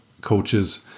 coaches